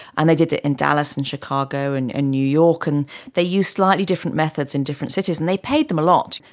and they did it in dallas and chicago and new york and they used slightly different methods in different cities, and they paid them a lot,